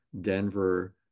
Denver